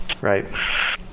right